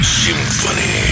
symphony